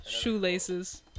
Shoelaces